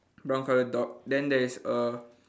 brown colour dog then there is a